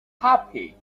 happy